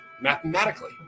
Mathematically